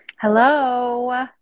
hello